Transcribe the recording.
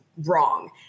wrong